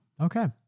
Okay